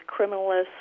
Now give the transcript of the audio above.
criminalists